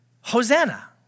Hosanna